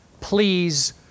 please